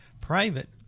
private